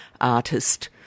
artist